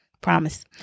Promise